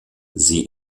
sie